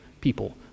people